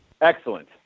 Excellent